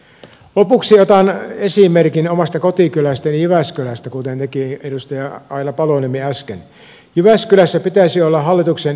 lopuksi otan esimerkin omasta kotikylästäni jyväskylästä kuten tekin edustaja aila paloniemi äsken